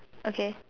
okay